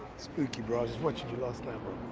spooky, bruh, just watching your last snap.